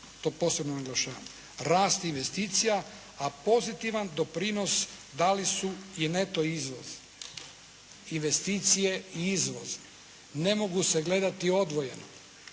to posebno naglašavam, rast investicija, a pozitivan doprinos dali su i neto izvoz. Investicije i izvoz ne mogu se gledati odvojeno